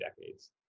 decades